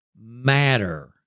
matter